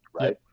Right